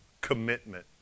commitment